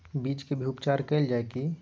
बीज के भी उपचार कैल जाय की?